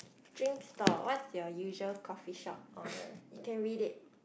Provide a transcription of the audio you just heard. drink stall what's their usual coffee shop order you can read it